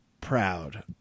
proud